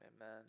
amen